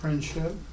Friendship